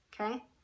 okay